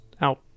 out